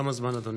תם הזמן, אדוני.